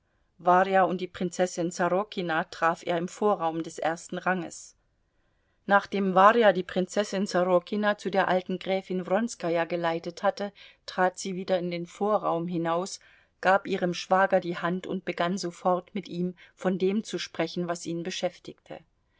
warja und die prinzessin sorokina traf er im vorraum des ersten ranges nachdem warja die prinzessin sorokina zu der alten gräfin wronskaja geleitet hatte trat sie wieder in den vorraum hinaus gab ihrem schwager die hand und begann sofort mit ihm von dem zu sprechen was ihn beschäftigte